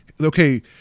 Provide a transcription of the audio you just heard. okay